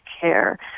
care